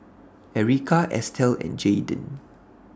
Erika Estel and Jaidyn